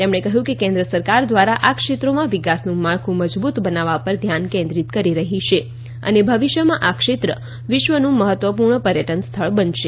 તેમણે કહ્યું કે કેન્દ્ર સરકાર આ ક્ષેત્રોમાં વિકાસનું માળખું મજબૂત બનાવવા પર ધ્યાન કેન્દ્રિત કરી રહી છે અને ભવિષ્માં આ ક્ષેત્ર વિશ્વનું મહત્વપૂર્ણ પર્યટન સ્થળ બનશે